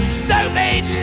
stupid